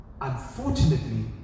unfortunately